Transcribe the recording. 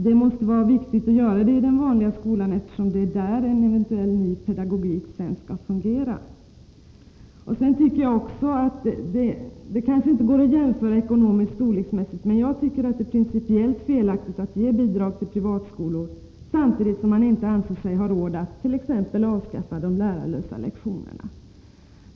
Det måste vara viktigt att de görs i den vanliga skolan, eftersom det är där som en eventuell ny pedagogik sedan skall fungera. Det kanske inte går att göra en ekonomisk och storleksmässig jämförelse, men jag tycker att det är principiellt fel att bidrag ges till privata skolor samtidigt som man inte anser sig ha råd att t.ex. avskaffa de lärarlösa lektionerna.